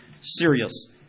serious